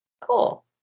cool